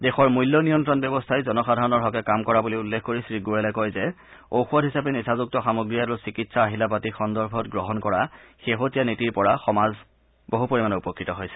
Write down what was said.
দেশৰ মূল্য নিয়ন্ত্ৰণ ব্যৱস্থাই জনসাধাৰণ হকে কাম কৰা বুলি উল্লেখ কৰি শ্ৰীগোৱেলে কয় যে ঔষধ হিচাপে নিচাযুক্ত সামগ্ৰী আৰু চিকিৎসা আহিলাপাতি সন্দৰ্ভত গ্ৰহণ কৰা শেহতীয়া নীতিৰ পৰা সমাজ বহু পৰিমাণে উপকৃত হৈছে